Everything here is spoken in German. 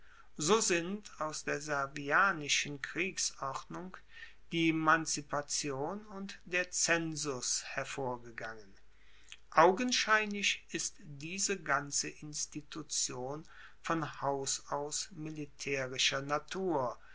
so sind aus der servianischen kriegsordnung die manzipation und der zensus hervorgegangen augenscheinlich ist diese ganze institution von haus aus militaerischer natur